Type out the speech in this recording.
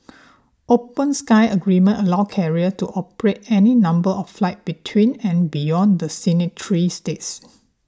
open skies agreements allow carriers to operate any number of flights between and beyond the signatory states